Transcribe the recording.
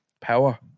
power